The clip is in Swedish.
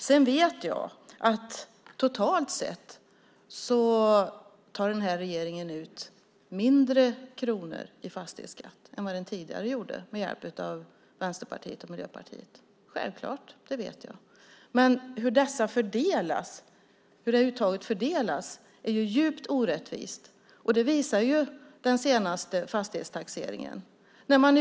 Jag vet att totalt sett tar den här regeringen ut mindre i fastighetsskatt i kronor räknat än den tidigare regeringen med hjälp av Vänsterpartiet och Miljöpartiet gjorde. Självklart vet jag det. Men uttaget fördelas på ett djupt orättvist sätt. Det visar den senaste fastighetstaxeringen.